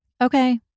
okay